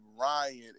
Ryan